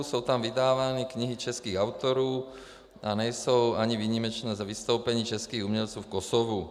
Jsou tam vydávány knihy českých autorů a nejsou ani výjimečná vystoupení českých umělců v Kosovu.